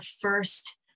first